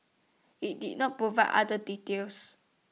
IT did not provide other details